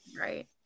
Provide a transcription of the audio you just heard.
Right